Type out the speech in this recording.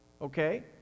Okay